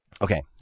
Okay